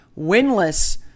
winless